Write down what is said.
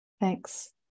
thanks